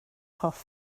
hoff